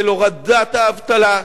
של הורדת האבטלה,